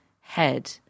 head